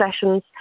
sessions